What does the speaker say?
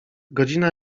godzina